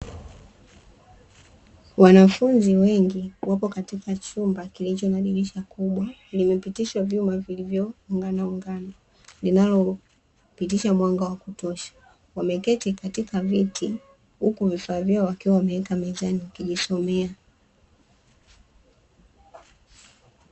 Wanafunzi wengi wako katika chumba kilicho na dirisha kubwa, limepitishwa vyuma vilivyo unganungana linalopitisha mwanga wa kutosha. Wameketi katika viti, huku vifaaa vyao wakiwa wameweka mezani wakijisomea.